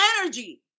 energy